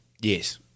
Yes